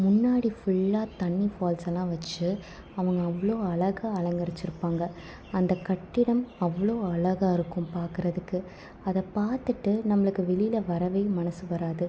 முன்னாடி ஃபுல்லாக தண்ணி ஃபால்ஸ் எல்லாம் வச்சு அவங்க அவ்வளோ அழகாக அலங்கருச்சியிருப்பாங்க அந்த கட்டிடம் அவ்வளோ அழகாக இருக்கும் பார்க்குறதுக்கு அதை பார்த்துட்டு நம்மளுக்கு வெளியில வரவே மனசு வராது